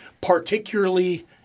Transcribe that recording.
particularly